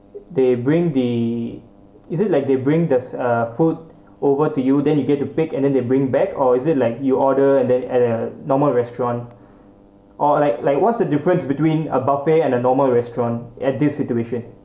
they bring the is it like they bring the uh food over to you then you get to pick and then they bring back or is it like you order and then at a normal restaurant or like like what's the difference between a buffet and a normal restaurant at this situation